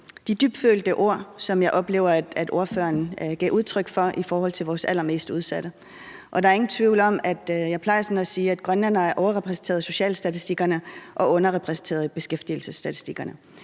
de dybfølte ord, som jeg oplever at ordføreren gav udtryk for over for vores allermest udsatte. Jeg plejer sådan at sige, at grønlændere er overrepræsenteret i socialstatistikkerne og underrepræsenteret i beskæftigelsesstatistikkerne.